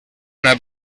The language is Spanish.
una